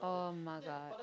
[oh]-my-god